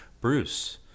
Bruce